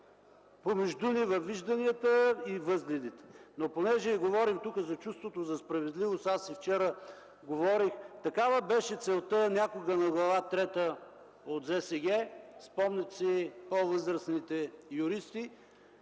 помежду ни във вижданията и възгледите. Понеже говорим тук за чувството за справедливост, аз и вчера говорих – такава беше целта на някога на Глава трета от ЗСГ, по възрастните юристи